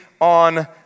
on